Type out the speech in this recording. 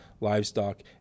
livestock